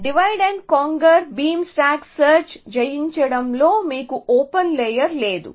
divide and conquer beam stack search జయించడంలో మీకు open layer లేదు